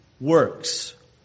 works